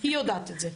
היא יודעת את זה,